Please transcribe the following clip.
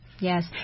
Yes